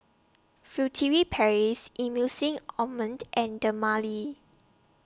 Furtere Paris Emulsying Ointment and Dermale